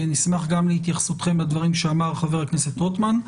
נשמח גם להתייחסותכם לדברים שאמר חבר הכנסת רוטמן.